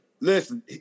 Listen